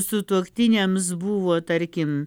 sutuoktiniams buvo tarkim